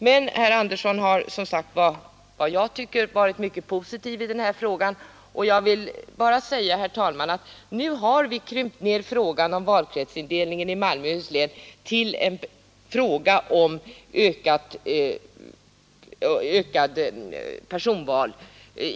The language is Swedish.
Men herr Andersson har, som sagt, enligt min uppfattning varit mycket positiv i denna fråga. Nu har vi, herr talman, krympt ned frågan om valkretsindelningen i Malmöhus län till en fråga om förstärkning av personmomentet i valet.